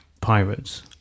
Pirates